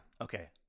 Okay